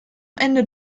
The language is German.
ende